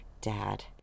dad